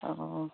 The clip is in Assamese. অঁ অঁ